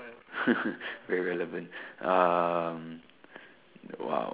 very relevant um the !wow!